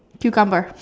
cucumber